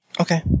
Okay